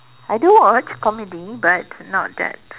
I do watch comedy but not that